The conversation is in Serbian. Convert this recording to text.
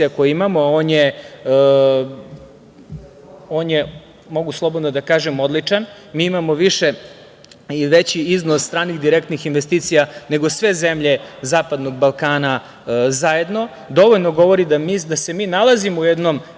koji imamo, on je, mogu slobodno da kažem, odličan. Mi imamo više i veći iznos stranih direktnih investicija nego sve zemlje zapadnog Balkana zajedno. To dovoljno govori da se mi nalazimo u jednom